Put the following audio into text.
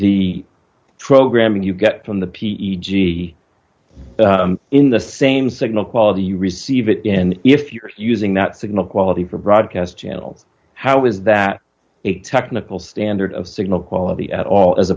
the tro gram you get from the p e g in the same signal quality you receive it and if you're using that signal quality for broadcast channels how is that a technical standard of signal quality at all as